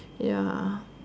ya